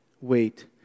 Wait